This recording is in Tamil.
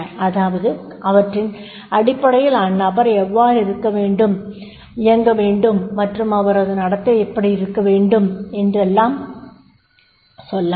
அதாவது இவற்றின் அடிப்படையில் அந்நபர் எவ்வாறு இயங்கவேண்டும் மற்றும் அவரது நடத்தை எப்படி இருக்கெவேண்டும் என்றும் சொல்லப்படும்